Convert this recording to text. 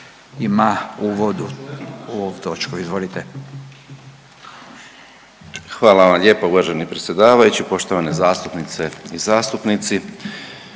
ima uvodnu točku. Izvolite. **Zrinušić, Zdravko** Hvala vam lijepa uvaženi predsjedavajući. Poštovane zastupnice i zastupnici,